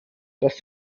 dass